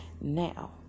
Now